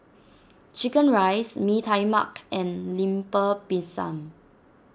Chicken Rice Mee Tai Mak and Lemper Pisang